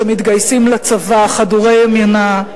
שמתגייסים לצבא חדורי אמונה,